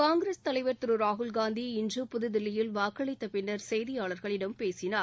காங்கிரஸ் தலைவர் திரு ராகுல்காந்தி இன்று புதுதில்லியில் வாக்களித்தபின்னர் செய்தியாளர்களிடம் பேசினார்